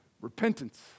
repentance